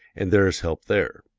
and there is help there.